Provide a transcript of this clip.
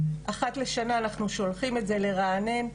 אחת לשנה אנחנו שולחים את זה לרענן.